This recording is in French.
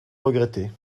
regretter